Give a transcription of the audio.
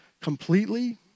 completely